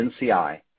NCI